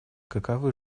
каковы